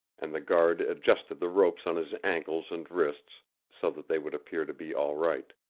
and the guard adjusted the ropes on his ankles and wrists so that they would appear to be all right.